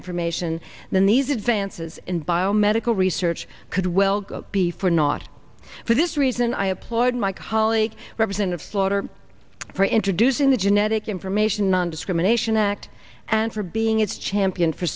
information then these advances in biomedical research could well go before not for this reason i applaud my colleague representative slaughter for introducing the genetic information nondiscrimination act and for being its champion for